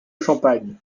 champagne